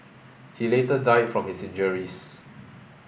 he later died from his injuries